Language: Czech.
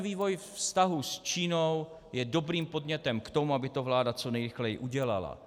Vývoj vztahů s Čínou je dobrým podnětem k tomu, aby to vláda co nejrychleji udělala.